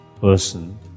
person